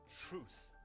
truth